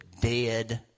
dead